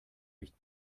licht